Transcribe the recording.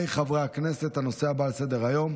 להלן תוצאות ההצבעה: